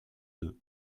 deux